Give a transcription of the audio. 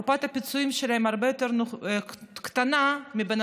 קופת הפיצויים שלהם הרבה יותר קטנה משל בן